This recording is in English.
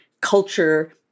culture